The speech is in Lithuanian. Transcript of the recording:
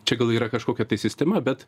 čia gal yra kažkokia sistema bet